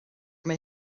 mae